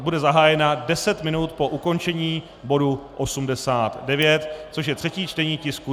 Bude zahájena deset minut po ukončení bodu 89, což je třetí čtení tisku 277.